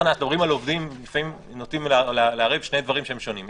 על עובדים לפעמים נוטים לערב שני דברים שהם שונים.